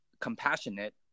compassionate